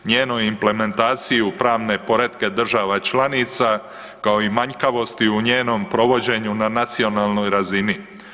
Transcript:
Njenu implementaciju pravne poretke država članica, kao i manjkavosti u njenom provođenju na nacionalnoj razini.